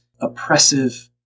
oppressive